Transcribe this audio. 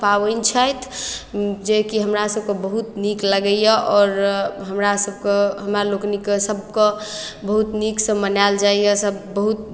पाबैन छैथ जे कि हमरा सभकऽ बहुत नीक लगैए आओर हमरासभके हमरा लोकनिकेँ सभके बहुत नीकसँ मनायल जाइए सभ बहुत